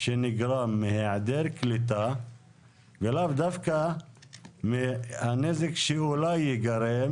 שנגרם מהעדר קליטה ולאו דווקא מהנזק שאולי ייגרם